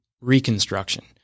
reconstruction